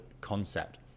concept